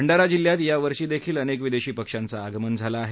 भंडारा जिल्ह्यात या वर्षीही अनेक विदेशी पक्षांचं आगमन झालं आहे